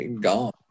Gone